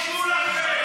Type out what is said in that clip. תתביישו.